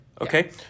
Okay